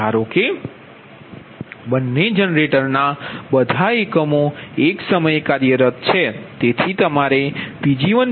ધારો કે બંને જનરેટના બધા એકમો એક સમયે કાર્યરત છે